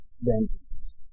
vengeance